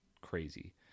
crazy